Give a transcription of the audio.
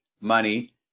money